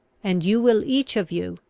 and you will each of you,